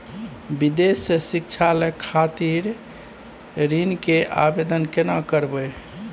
विदेश से शिक्षा लय खातिर ऋण के आवदेन केना करबे?